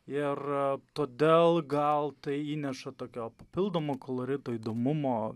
ir todėl gal tai įneša tokio papildomo kolorito įdomumo